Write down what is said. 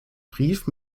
brief